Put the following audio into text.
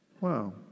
Wow